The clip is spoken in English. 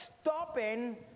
stopping